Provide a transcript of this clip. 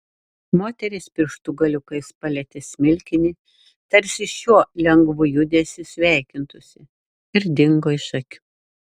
moteris pirštų galiukais palietė smilkinį tarsi šiuo lengvu judesiu sveikintųsi ir dingo iš akių